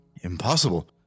Impossible